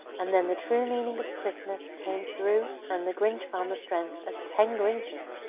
and then the true meaning of christmas came through, and the grinch found the strength of ten grinches,